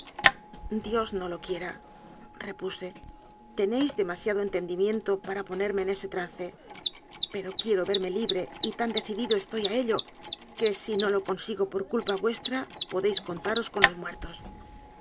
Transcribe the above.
dios no lo quierarepuse tenéis demasiado entendimiento para ponerme en ese trance pero quiero verme li bre y tan decidido estoy a ello que si no lo con sigo por culpa vuestra podéis contaros con los muertos